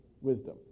wisdom